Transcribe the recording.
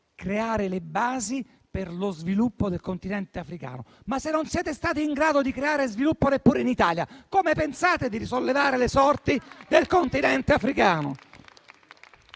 creare le basi per lo sviluppo del continente africano. Ma se non siete stati in grado di creare sviluppo neppure in Italia, come pensate di risollevare le sorti del continente africano?